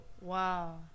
wow